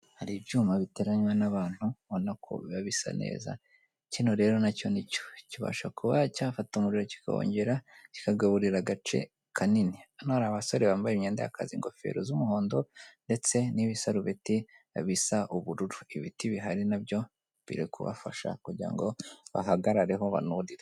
Hari ibyuma biteranywa n'abantu ubona ko biba bisa neza, kino rero na cyo ni cyo, kibasha kuba cyafata umuriro kikongera kikagaburira agace kanini, abasore bambaye imyenda y'akazi, ingofero z'umuhondo ndetse n'ibisarubeti bisa ubururu, ibiti bihari na byo biri kubafasha kugira ngo bahagarareho banurire.